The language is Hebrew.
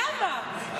למה?